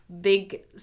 big